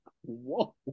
Whoa